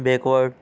backward